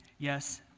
yes,